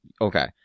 Okay